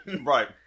Right